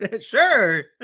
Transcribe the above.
Sure